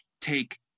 take